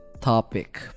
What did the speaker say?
topic